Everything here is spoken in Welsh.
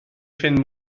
ffrind